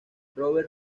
robert